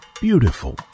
beautiful